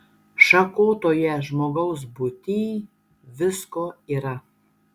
šakotoje žmogaus būtyj visko yra